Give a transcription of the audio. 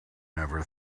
never